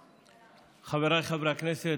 חבריי חברי הכנסת,